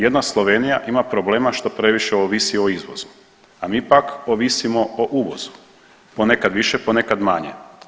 Jedna Slovenija ima problema što previše ovisi o izvodu, a mi pak ovisimo o uvozu, ponekad više ponekad manje.